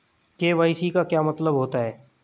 KYC का क्या मतलब होता है?